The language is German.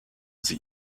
sie